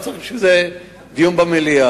לא צריך בשביל זה דיון במליאה.